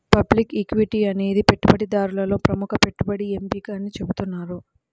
public equity అనేది పెట్టుబడిదారులలో ప్రముఖ పెట్టుబడి ఎంపిక అని చెబుతున్నారు